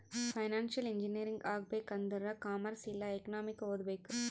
financial engineering ಆಗ್ಬೇಕ್ ಆಂದುರ್ commerce ಇಲ್ಲಾ ಎಕನಾಮಿಕ್ ಓದ್ಬೇಕ್